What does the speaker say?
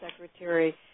Secretary